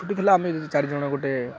ଛୁଟି ଥିଲା ଆମେ ଚାରିଜଣ ଗୋଟେ